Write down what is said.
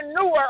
newer